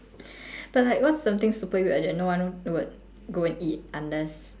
but like what's something super weird and that no one would go and eat unless